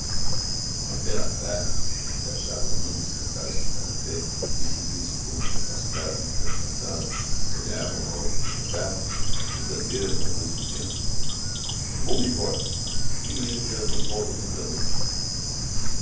uma bela tarde em que se achavam ambos sentados no canapé e o simplício gomes afastado num canto da sala folheava um álbum de retratos o bandeira levantou-se dizendo vou-me embora tenho ainda que dar umas voltas antes da noite